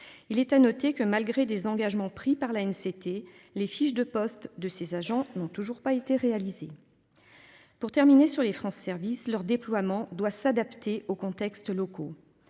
Il est à noter que malgré des engagements pris par la haine, c'était les fiches de postes de ses agents n'ont toujours pas été réalisé. Pour terminer sur les France service leur déploiement doit s'adapter au contexte locaux.